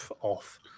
off